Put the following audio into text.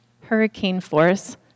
hurricane-force